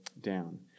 down